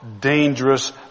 dangerous